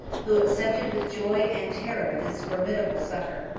who accepted with joy and terror this formidable succor.